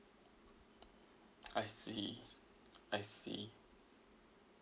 I see I see